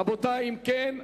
רבותי, אם כן,